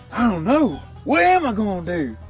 know, what am i gonna do?